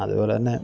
അതുപോലെതന്നെ